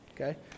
okay